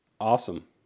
Awesome